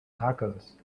tacos